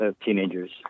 teenagers